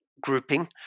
Grouping